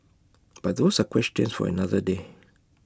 but those are questions for another day